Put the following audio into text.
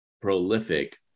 prolific